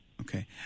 Okay